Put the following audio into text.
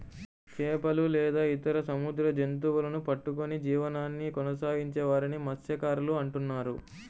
చేపలు లేదా ఇతర సముద్ర జంతువులను పట్టుకొని జీవనాన్ని కొనసాగించే వారిని మత్య్సకారులు అంటున్నారు